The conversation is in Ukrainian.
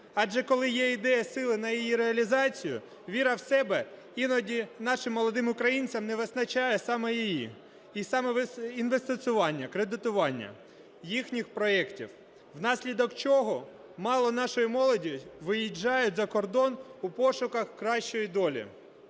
Адже коли є ідея, сили на її реалізацію, віра в себе, іноді нашим молодим українцям не вистачає саме її, і саме інвестування, кредитування їхніх проектів, внаслідок чого чимало нашої молоді виїжджають за кордон у пошуках кращої долі.